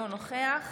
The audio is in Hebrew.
אינו נוכח